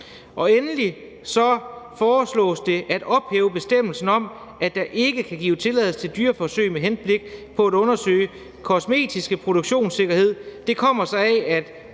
ej. Endelig foreslås det at ophæve bestemmelsen om, at der ikke kan gives tilladelse til dyreforsøg med henblik på at undersøge kosmetisk produktionssikkerhed.